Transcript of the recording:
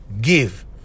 give